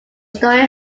story